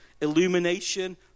illumination